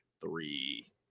three